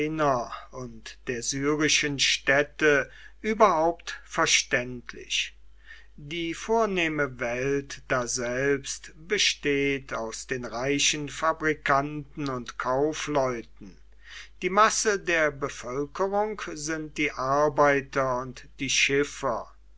und der syrischen städte überhaupt verständlich die vornehme welt daselbst besteht aus den reichen fabrikanten und kaufleuten die masse der bevölkerung sind die arbeiter und die schiffer